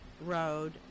Road